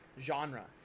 genre